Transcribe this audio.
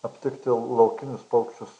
aptikti laukinius paukščius